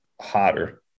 hotter